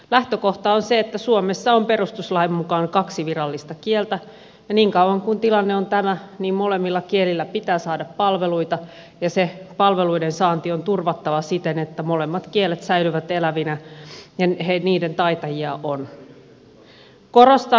lähtökohta on se että suomessa on perustuslain mukaan kaksi virallista kieltä ja niin kauan kuin tilanne on tämä niin molemmilla kielillä pitää saada palveluita ja se palveluiden saanti on turvattava siten että molemmat kielet säilyvät elävinä ja niiden taitajia on